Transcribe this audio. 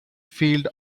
field